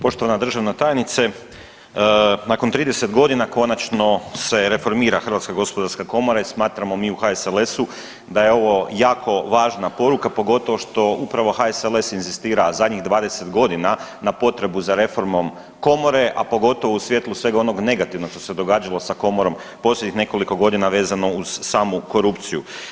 Poštovana državna tajnice, nakon 30 godina konačno se reformira HGK i smatramo mi u HSLS-u da je ovo jako važna poruka, pogotovo što upravo HSLS inzistira zadnjih 20 godina na potrebu za reformom Komore, a pogotovo u svjetlu svega onog negativnog što se događalo sa Komorom posljednjih nekoliko godina vezano uz samu korupciju.